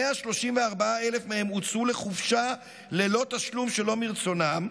134,000 מהם הוצאו לחופשה ללא תשלום שלא מרצונם,